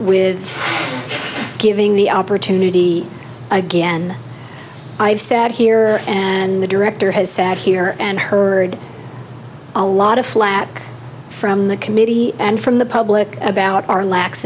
with giving the opportunity again i've sat here and the director has sat here and heard a lot of flak from the committee and from the public about our lax